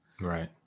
right